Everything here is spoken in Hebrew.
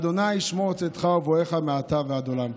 ה' ישמר צאתך ובואך מעתה ועד עולם".